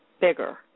bigger